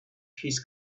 his